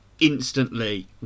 instantly